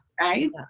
Right